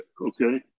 okay